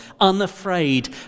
unafraid